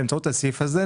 באמצעות הסעיף הזה,